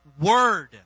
Word